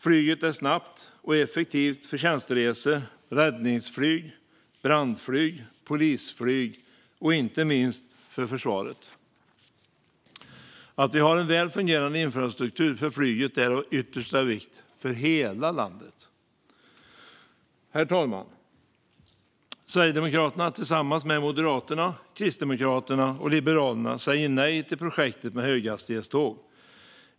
Flyget är snabbt och effektivt för tjänsteresor och när det gäller räddningsflyg, brandflyg och polisflyg samt inte minst för försvaret. Att vi har en väl fungerande infrastruktur för flyget är av yttersta vikt för hela landet. Herr talman! Sverigedemokraterna säger, tillsammans med Moderaterna, Kristdemokraterna och Liberalerna, nej till projektet med höghastighetståg.